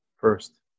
First